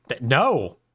no